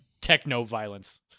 techno-violence